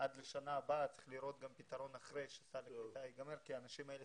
עד לשנה הבאה צריך לראות גם פתרון אחרי שסל הקליטה ייגמר כי האנשים אלה,